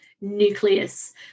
nucleus